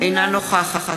אינה נוכחת